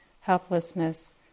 helplessness